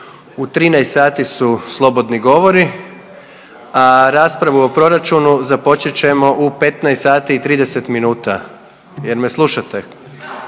u 13 sati su slobodni govori, a raspravu o proračunu započet ćemo u 15 sati